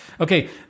Okay